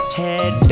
head